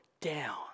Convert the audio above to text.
down